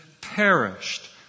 perished